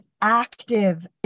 active